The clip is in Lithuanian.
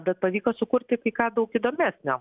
bet pavyko sukurti kai ką daug įdomesnio